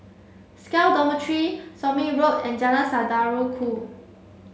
SCAL Dormitory Somme Road and Jalan Saudara Ku